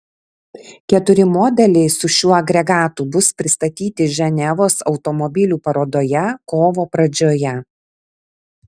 keturi modeliai su šiuo agregatu bus pristatyti ženevos automobilių parodoje kovo pradžioje